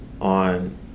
on